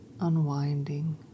unwinding